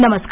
नमस्कार